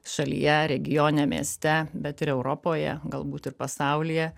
šalyje regione mieste bet ir europoje galbūt ir pasaulyje